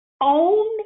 own